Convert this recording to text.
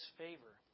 favor